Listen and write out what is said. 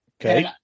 Okay